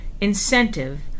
incentive